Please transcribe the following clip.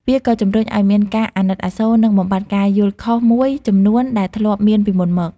វាក៏ជំរុញឲ្យមានការអាណិតអាសូរ និងបំបាត់ការយល់ខុសមួយចំនួនដែលធ្លាប់មានពីមុនមក។